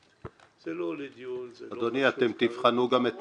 אני אומר --- זה לא הזמן הזה.